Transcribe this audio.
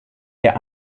der